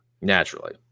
Naturally